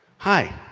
hi.